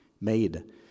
made